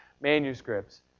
manuscripts